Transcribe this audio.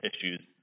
issues